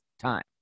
time